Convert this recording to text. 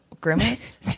Grimace